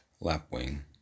lapwing